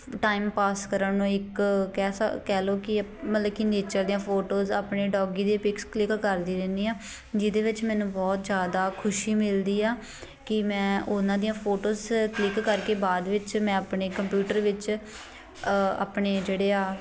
timepass ਕਰਨ ਨੂੰ ਇੱਕ ਕਹਿ ਸਕ ਕਹਿ ਲਉ ਕਿ ਮਤਲਬ ਕਿ ਨੇਚਰ ਦੀਆਂ ਫੋਟੋਜ਼ ਆਪਣੇ ਡੋਗੀ ਦੇ ਪਿਕਸ ਕਲਿੱਕ ਕਰਦੀ ਰਹਿੰਦੀ ਹਾਂ ਜਿਹਦੇ ਵਿੱਚ ਮੈਨੂੰ ਬਹੁਤ ਜ਼ਿਆਦਾ ਖੁਸ਼ੀ ਮਿਲਦੀ ਆ ਕਿ ਮੈਂ ਉਹਨਾਂ ਦੀਆਂ ਫੋਟੋਜ਼ ਕਲਿੱਕ ਕਰਕੇ ਬਾਅਦ ਵਿੱਚ ਮੈਂ ਆਪਣੇ ਕੰਪਿਊਟਰ ਵਿੱਚ ਆਪਣੇ ਜਿਹੜੇ ਆ